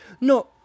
no